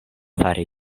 fari